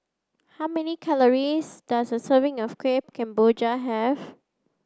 how many calories does a serving of Kueh Kemboja have